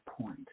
point